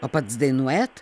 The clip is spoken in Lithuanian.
o pats dainuojat